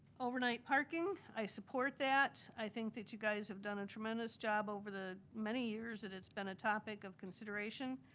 overnight parking, i support that. i think that you guys have done a tremendous job over the many years that it's been a topic of consideration.